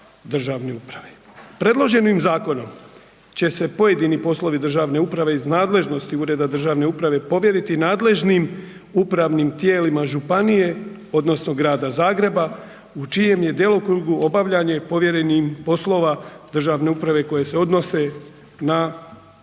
Predloženim zakonom će se pojedini poslovi državne uprave iz nadležnosti ureda državne uprave povjeriti nadležnim upravnim tijelima županije odnosno Grada Zagreba u čijem je djelokrugu obavljanje povjerenim poslova državne uprave koje se odnose na